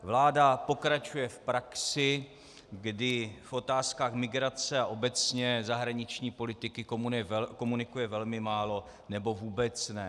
Vláda pokračuje v praxi, kdy v otázkách migrace a obecně zahraniční politiky komunikuje velmi málo nebo vůbec ne.